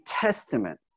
Testament